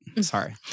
Sorry